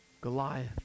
Goliath